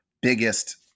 biggest